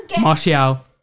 Martial